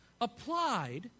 applied